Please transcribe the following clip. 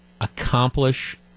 accomplish